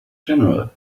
general